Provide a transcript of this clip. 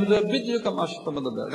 אני מדבר בדיוק על מה שאתה מדבר,